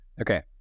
okay